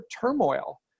turmoil